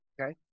Okay